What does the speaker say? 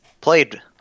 played